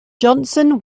johnson